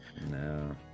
no